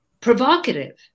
provocative